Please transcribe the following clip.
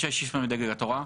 משה שיפמן מדגל התורה.